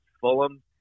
Fulham